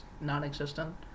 non-existent